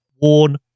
warn